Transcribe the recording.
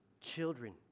Children